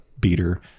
beater